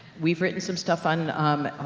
we've written some stuff on, um,